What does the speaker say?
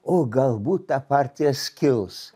o galbūt ta partija skils